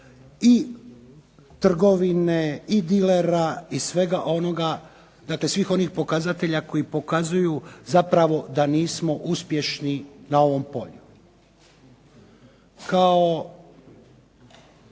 i trgovine, i dilera i svega onoga, dakle svih onih pokazatelja koji pokazuju da zapravo nismo uspješni na ovom polju. Kao